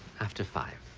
after five